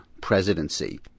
presidency